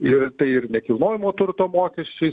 ir tai ir nekilnojamo turto mokesčis